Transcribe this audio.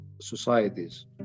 societies